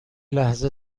لحظه